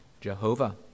Jehovah